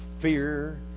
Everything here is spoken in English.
fear